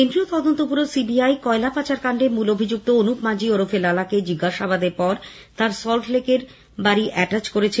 কেন্দ্রীয় তদন্ত ব্যুরো সিবিআই কয়লা পাচারকান্ডে মূল অভিযুক্ত অনুপ মাজি ওরফে লালাকে জিজ্ঞাসাবাদের পর তার সল্টলেকের বাড়ি অ্যাটাচ করেছে